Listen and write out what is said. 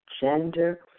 gender